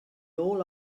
all